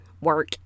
work